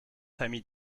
famille